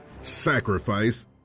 sacrifice